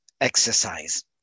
exercise